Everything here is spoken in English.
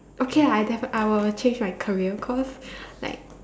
okay ah I def~ I will change my career cause like